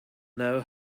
know